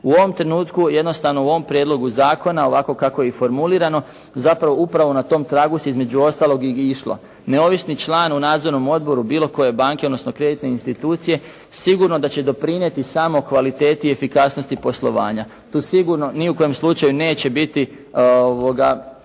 U ovom trenutku, jednostavno u ovom prijedlogu zakona ovako kako je i formulirano, zapravo upravo na tom pragu se, između ostalog i išlo. Neovisni član u nadzornom odboru bilo koje banke, odnosno kreditne institucije sigurno da će doprinijeti samo kvaliteti i efikasnosti poslovanja. Tu sigurno ni u kojem slučaju neće biti, čuli